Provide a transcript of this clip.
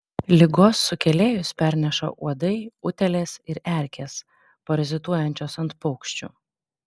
ligos sukėlėjus perneša uodai utėlės ir erkės parazituojančios ant paukščių